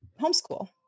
homeschool